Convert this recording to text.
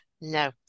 No